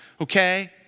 okay